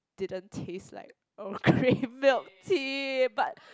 didn't taste like a Korean milk tea but